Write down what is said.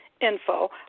info